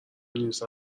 نیست